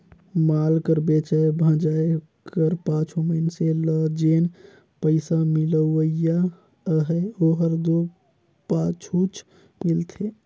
माल कर बेंचाए भंजाए कर पाछू मइनसे ल जेन पइसा मिलोइया अहे ओहर दो पाछुच मिलथे